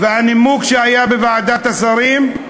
והנימוק שהיה בוועדת השרים: